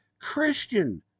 Christian